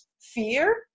fear